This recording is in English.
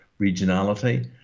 regionality